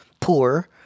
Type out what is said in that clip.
poor